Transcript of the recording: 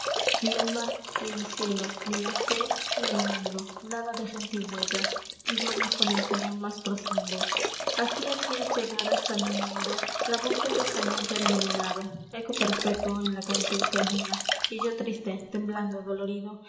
ni el mar ni el cielo ni la fé ni el mundo nada deja en tí huella y duermes con el sueño más profundo así hacías llegar hasta mi oido la voz del desaliento envenenado eco perpétuo en la conciencia mia y yo triste temblando dolorido